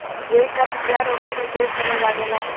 जैविक खाद के तैयार होखे में ढेरे समय लागेला